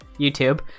YouTube